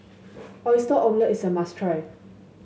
Oyster Omelette is a must try